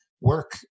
work